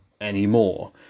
anymore